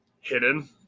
hidden